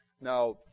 Now